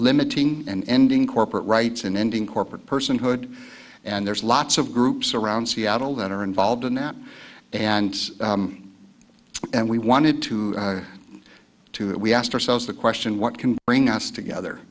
limiting and ending corporate rights and ending corporate personhood and there's lots of groups around seattle that are involved in that and and we wanted to too that we asked ourselves the question what can bring us together